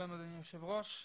שלום, אדוני היושב ראש,